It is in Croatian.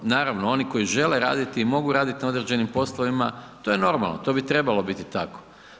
Naravno, oni koji žele raditi i mogu raditi na određenim poslovima, to je normalno, to bi trebalo biti tako.